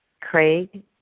Craig